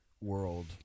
world